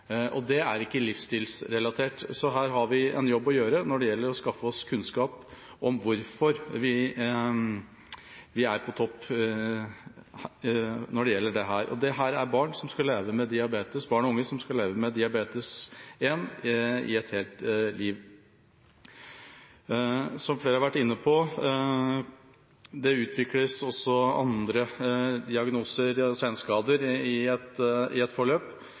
er ikke livsstilsrelatert, så her har vi en jobb å gjøre når det gjelder å skaffe oss kunnskap om hvorfor vi er på topp her. Dette er barn og unge som skal leve med diabetes 1 et helt liv. Som flere har vært inne på, kan det utvikles også andre diagnoser og senskader i et